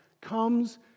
comes